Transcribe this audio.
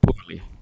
poorly